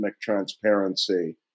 transparency